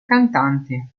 cantante